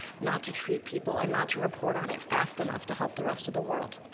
not to treat people and not to report on it fast enough to help the rest of the world.